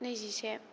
नैजिसे